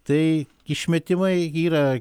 tai išmetimai yra